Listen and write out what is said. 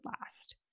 last